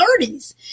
30s